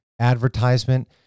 Advertisement